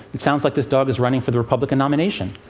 it sounds like this dog is running for the republican nomination.